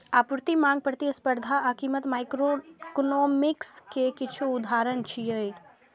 आपूर्ति, मांग, प्रतिस्पर्धा आ कीमत माइक्रोइकोनोमिक्स के किछु उदाहरण छियै